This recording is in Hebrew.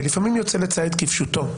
ולפעמים יוצא לצייד כפשוטו.